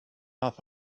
off